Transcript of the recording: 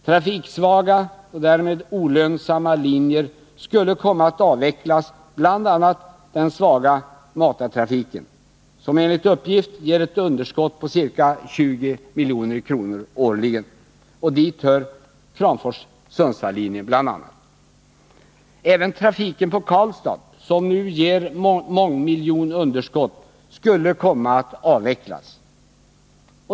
Trafiksvaga och därmed olönsamma linjer skulle komma att avvecklas, bl.a. den svaga matartrafiken som enligt uppgift ger ett underskott på ca 20 milj.kr. årligen, och dit hör bl.a. linjen Kramfors-Sundsvall. Även trafiken på Karlstad, som nu ger mångmiljonunderskott, skulle komma att avvecklas.